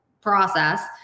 process